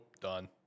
done